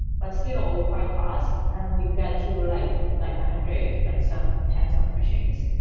but still quite fast and you get through like like a hundred, like some tens of machines.